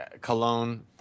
Cologne